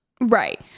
right